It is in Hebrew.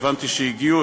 והבנתי שהגיעו,